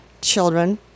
children